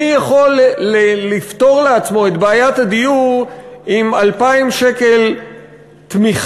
מי יכול לפתור לעצמו את בעיית הדיור עם 2,000 שקלים תמיכה,